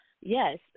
Yes